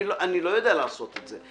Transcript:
אני לא יודע לעשות את זה.